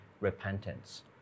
repentance